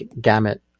gamut